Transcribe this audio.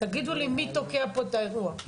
תגידו לי מי תוקע פה את האירוע?